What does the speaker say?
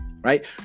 right